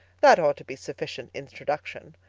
that ought to be sufficient introduction.